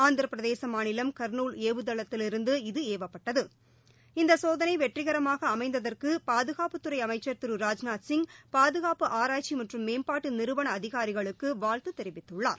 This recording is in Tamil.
ஆந்திரப்பிரதேச மாநிலம் கர்னூல் ஏவுதளத்திலிருந்து இது ஏவப்பட்டது இந்த சோதனை வெற்றிகரமாக அமைந்ததற்கு பாதுகாப்புத் துறை அமைச்சர் திரு ராஜ்நாத் சிங் பாதுகாப்பு ஆராய்ச்சி மற்றும் மேம்பாட்டு நிறுவன அதிகாரிகளுக்கு வாழ்த்து தெரிவித்துள்ளார்